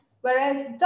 Whereas